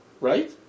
Right